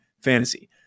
fantasy